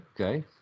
Okay